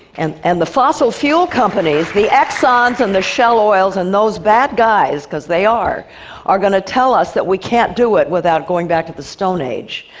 and and the the fossil fuel companies the exxons and the shell oils and those bad guys cause they are are going to tell us that we can't do it without going back to the stone age.